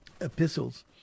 Epistles